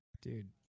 dude